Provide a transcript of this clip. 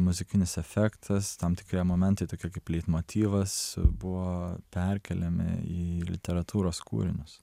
muzikinis efektas tam tikri momentai tokie kaip leitmotyvas buvo perkeliami į literatūros kūrinius